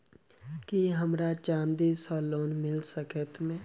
की हमरा चांदी सअ लोन मिल सकैत मे?